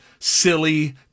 Silly